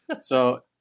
So-